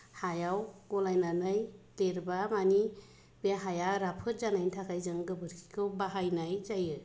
हायाव गलायनानै लिरबा माने बे हाया राफोद जानायनि थाखाय जों गोबोरखिखौ बाहायनाय जायो